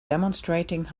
demonstrating